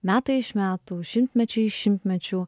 metai iš metų šimtmečiai iš šimtmečių